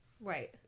Right